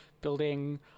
building